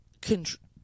control